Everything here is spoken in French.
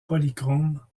polychromes